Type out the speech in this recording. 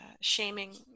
shaming